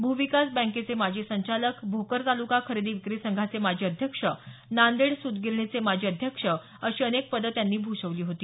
भूविकास बँकेचे माजी संचालक भोकर ताल्का खरेदी विक्री संघाचे माजी अध्यक्ष नांदेड सूत गिरणीचे माजी अध्यक्ष अशी अनेक पदं त्यांनी भूषवली होती